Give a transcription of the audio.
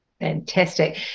Fantastic